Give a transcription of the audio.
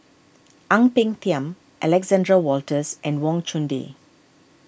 Ang Peng Tiam Alexander Wolters and Wang Chunde